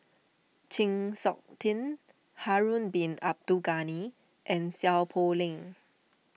Chng Seok Tin Harun Bin Abdul Ghani and Seow Poh Leng